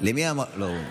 אינו נוכח,